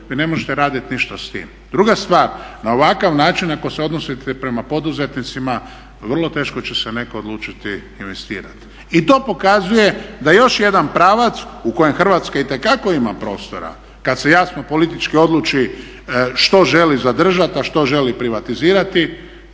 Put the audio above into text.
vi ne možete radit ništa s tim. Druga stvar, na ovakav način ako se odnosite prema poduzetnicima vrlo teško će se netko odlučiti investirati i to pokazuje da još jedan pravac u kojem Hrvatska itekako ima prostora kad se jasno politički odluči što želi zadržati, a što želi privatizirati,